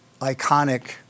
iconic